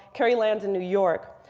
carrie lands in new york.